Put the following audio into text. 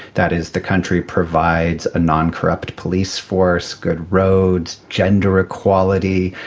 that is the country provides a non-corrupt police force, good roads, gender equality,